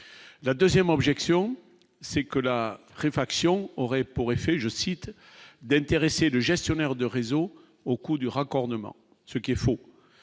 la 2ème objection, c'est que la réfraction aurait pour effet, je cite, d'intéresser le gestionnaire de réseau au coût du raccordement, ce qui est faux,